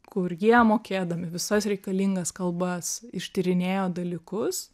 kur jie mokėdami visas reikalingas kalbas ištyrinėjo dalykus